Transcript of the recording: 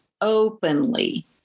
openly